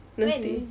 when